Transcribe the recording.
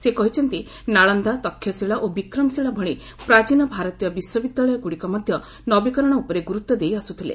ସେ କହିଛନ୍ତି ନାଳନ୍ଦା ତକ୍ଷଶିଳା ଓ ବିକ୍ରମଶିଳା ଭଳି ପ୍ରାଚୀନ ଭାରତୀୟ ବିଶ୍ୱବିଦ୍ୟାଳୟଗୁଡ଼ିକ ମଧ୍ୟ ନବୀକରଣ ଉପରେ ଗୁରୁତ୍ୱ ଦେଇ ଆସୁଥିଲେ